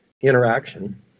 interaction